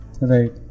Right